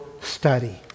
study